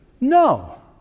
No